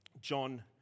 John